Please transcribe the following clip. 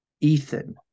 Ethan